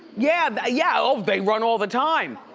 yeah yeah, they run all the time.